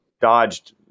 Dodged